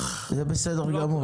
זה בסדר גמור.